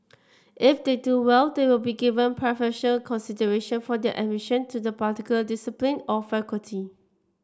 if they do well they will be given preferential consideration for their admission to the particular discipline or faculty